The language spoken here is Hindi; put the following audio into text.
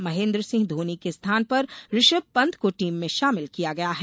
महेन्द्र सिंह घोनी के स्थान पर ऋषम पंत को टीम में शामिल किया गया है